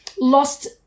lost